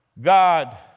God